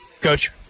Coach